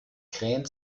krähen